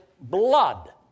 blood